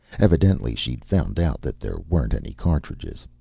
evidently she'd found out that there weren't any cartridges.